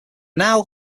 now